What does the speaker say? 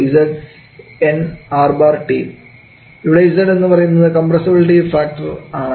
ഇവിടെ Z എന്നു പറയുന്നത് കംപ്രസ്ബിലിറ്റി ഫാക്ടർ ആണ്